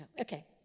okay